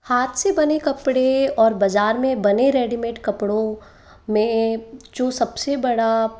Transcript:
हाथ से बने कपड़े और बजार में बने रेडीमेड कपड़ों में जो सब से बड़ा